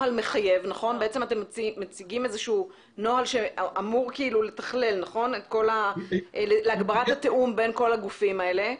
אתם מציגים נוהל שאמור לתכלל ולהגביר את התיאום בין כל הגופים האלה.